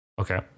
Okay